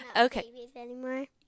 Okay